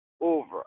over